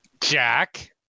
Jack